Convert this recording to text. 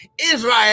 Israel